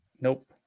nope